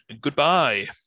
Goodbye